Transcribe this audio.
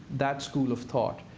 that school of thought,